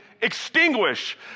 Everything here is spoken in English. extinguish